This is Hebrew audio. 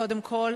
קודם כול,